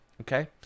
Okay